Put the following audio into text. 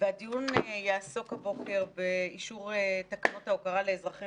הדיון יעסוק הבוקר באישור תקנות ההוקרה לאזרחים